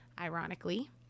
ironically